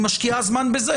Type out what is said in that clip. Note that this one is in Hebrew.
היא משקיעה זמן בזה,